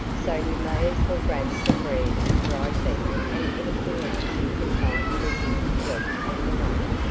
so you may as well grab some bread and dried beef and anything else you can find in a jiffy to eat on the way.